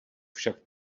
však